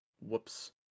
Whoops